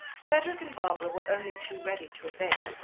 cedric and barbara were only too ready to obey,